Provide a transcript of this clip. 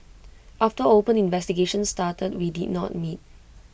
after open investigations started we did not meet